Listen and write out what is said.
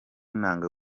intanga